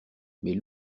mais